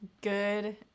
Good